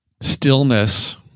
stillness